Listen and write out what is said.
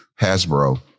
Hasbro